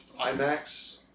IMAX